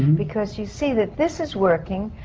because you see that this is working,